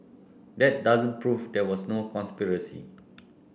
that doesn't prove there was no conspiracy